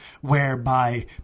whereby